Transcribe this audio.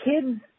kids